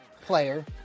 player